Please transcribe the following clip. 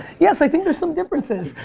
yes, i think there's some differences.